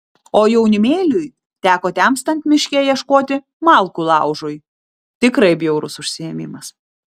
o jaunimėliui teko temstant miške ieškoti malkų laužui tikrai bjaurus užsiėmimas